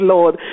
Lord